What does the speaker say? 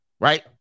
Right